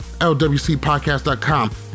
lwcpodcast.com